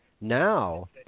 Now